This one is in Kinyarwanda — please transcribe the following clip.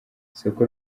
isoko